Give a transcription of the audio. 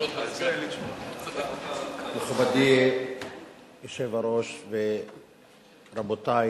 מכובדי היושב-ראש ורבותי